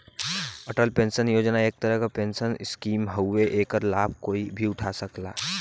Atal pension योजना एक तरह क पेंशन स्कीम हउवे एकर लाभ कोई भी उठा सकला